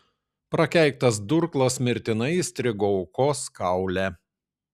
prakeiktas durklas mirtinai įstrigo aukos kaule